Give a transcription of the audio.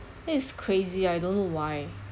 I think it's crazy I don't know why